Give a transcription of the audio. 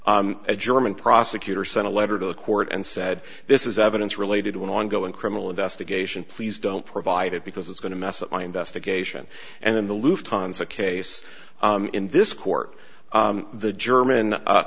a german prosecutor sent a letter to the court and said this is evidence related to an ongoing criminal investigation please don't provide it because it's going to mess up my investigation and in the loop tons of case in this court the german